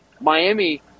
Miami